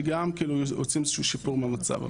שגם עושים איזשהו שיפור במצב.